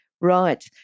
Right